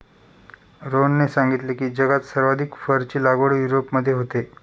रोहनने सांगितले की, जगात सर्वाधिक फरची लागवड युरोपमध्ये होते